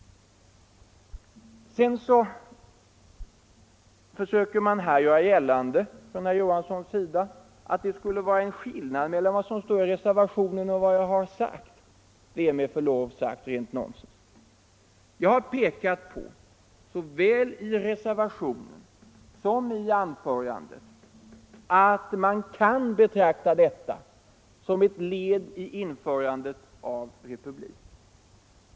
Herr Johansson försöker också göra gällande att det skulle vara en skillnad mellan vad som står i reservationen och vad jag här har sagt. Det är med förlov sagt rent nonsens! Jag har såväl i reservationen som i anförandet pekat på att man kan betrakta detta som ett led i införandet av republik.